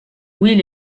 will